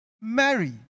Mary